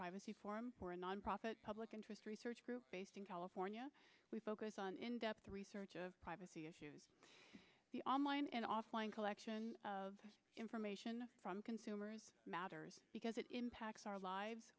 privacy forum for a nonprofit public interest research group based in california we focus on in depth research of privacy issues the online and offline collection of information from consumers matters because it impacts our lives